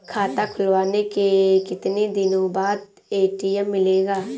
खाता खुलवाने के कितनी दिनो बाद ए.टी.एम मिलेगा?